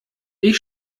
ich